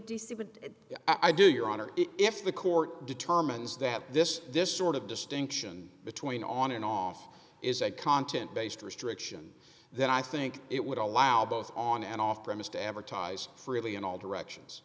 would i do your honor if the court determines that this this sort of distinction between on and off is a content based restriction that i think it would allow both on and off premise to advertise freely in all directions